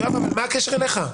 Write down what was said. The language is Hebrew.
יואב, מה הקשר אליך?